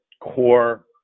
core